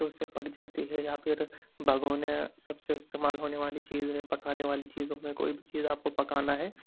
تو اس سے پک جاتی ہے یا پھر بھگونے سب سے استعمال ہونے والی چیز ہے پکانے والی چیزوں میں کوئی بھی چیز آپ کو پکانا ہے